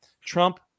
Trump